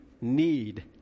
need